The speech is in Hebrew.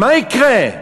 מה יקרה?